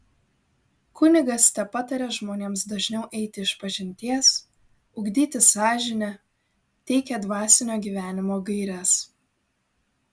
kunigas tepataria žmonėms dažniau eiti išpažinties ugdyti sąžinę teikia dvasinio gyvenimo gaires